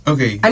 Okay